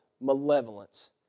malevolence